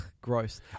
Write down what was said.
gross